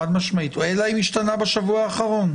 חד-משמעית, אלא אם השתנה בשבוע האחרון.